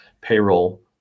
payroll